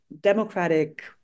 democratic